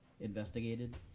investigated